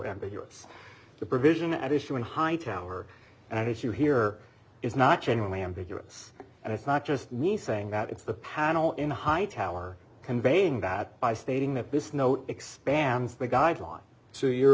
ambiguous the provision at issue in hightower and i did you hear is not generally ambiguous and it's not just me saying that it's the panel in hightower conveying that by stating that this note expands the guidelines so your